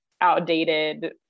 outdated